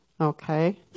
okay